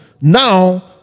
now